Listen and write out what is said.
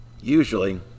usually